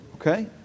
Okay